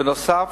בנוסף,